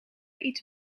iets